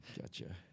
Gotcha